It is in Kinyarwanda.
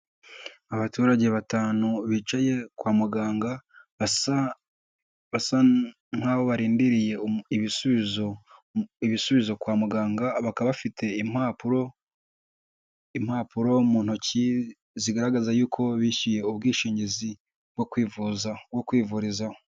Abaturage batanu bicaye kwa muganga, basa nk'aho barindiriye ibisubizo kwa muganga, bakaba bafite impapuro mu ntoki zigaragaza y'uko bishyuye ubwishingizi bwo kwivurizaho.